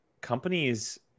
companies